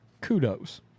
kudos